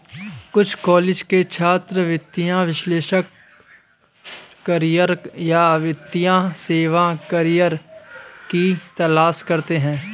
कुछ कॉलेज के छात्र वित्तीय विश्लेषक करियर या वित्तीय सेवा करियर की तलाश करते है